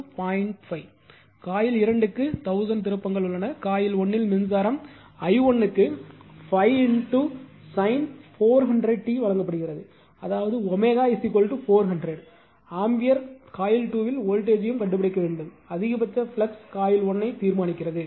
5 coil 2 க்கு 1000 திருப்பங்கள் உள்ளன காயில் 1 இல் மின்சாரம் i1 க்கு 5 sin 400 t வழங்கப்படுகிறது அதாவது 400 ஆம்பியர் காயில் 2 இல் வோல்டேஜ் யையும் கண்டுபிடிக்க வேண்டும் அதிகபட்ச ஃப்ளக்ஸ் காயில் 1 ஐ தீர்மானிக்கிறது